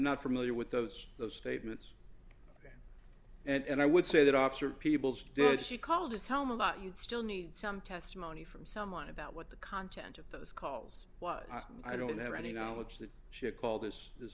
not familiar with those those statements and i would say that officer peebles did she call to tell me about you'd still need some testimony from someone about what the content of those calls was i don't have any knowledge that she called this is